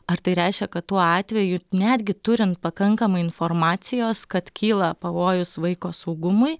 ar tai reiškia kad tuo atveju netgi turint pakankamai informacijos kad kyla pavojus vaiko saugumui